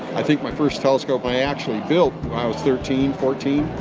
i think my first telescope i actually built i was thirteen, fourteen.